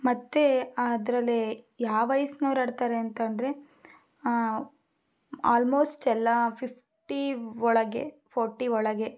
ಮತ್ತು ಅದರಲ್ಲಿ ಯಾವ ವೈಸ್ನೋರು ಆಡ್ತಾರೆ ಅಂತ ಅಂದರೆ ಆಲ್ಮೋಸ್ಟ್ ಎಲ್ಲ ಫಿಫ್ಟಿ ಒಳಗೆ ಫೊರ್ಟಿ ಒಳಗೆ